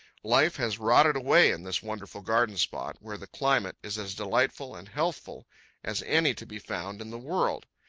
life has rotted away in this wonderful garden spot, where the climate is as delightful and healthful as any to be found in the world.